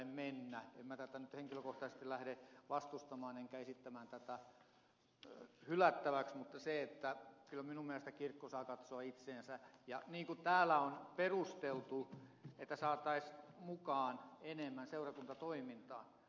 en minä tätä henkilökohtaisesti lähde vastustamaan enkä esittämään tätä hylättäväksi mutta kyllä minun mielestäni kirkko saa katsoa itseensä niin kuin täällä on perusteltu että saataisiin mukaan enemmän seurakuntatoimintaan